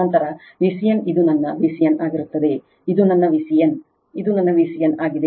ನಂತರ Vcn ಇದು ನನ್ನ Vcn ಆಗಿರುತ್ತದೆ ಇದು ನನ್ನ Vcn ಇದು ನನ್ನ Vcn ಆಗಿದೆ